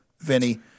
Vinny